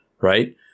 right